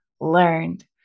learned